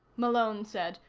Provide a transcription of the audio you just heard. malone said.